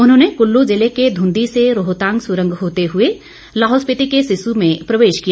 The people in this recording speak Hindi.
उन्होंने कुल्लू जिले के धुंधी से रोहतांग सुरंग होते हुए लाहौल स्पीति के सिस्सू में प्रवेश किया